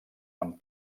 amb